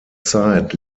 zeit